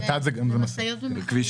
משאיות ומכליות.